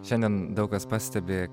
šiandien daug kas pastebi